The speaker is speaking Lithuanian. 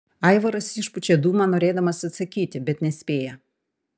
aivaras išpučia dūmą norėdamas atsakyti bet nespėja